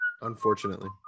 unfortunately